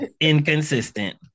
inconsistent